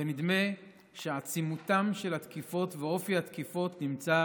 ונדמה שעצימותן של התקיפות ואופי התקיפות נמצא